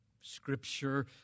Scripture